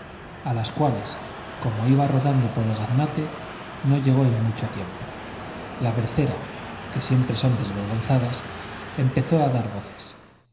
a las cuales como iba rodando por el gaznate no llegó en mucho tiempo la bercera que siempre son desvergonzadas empezó a dar voces